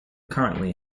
currently